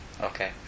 Okay